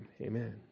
Amen